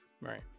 Right